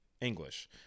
English